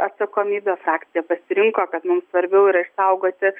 atsakomybė frakcija pasirinko kad mums svarbiau yra išsaugoti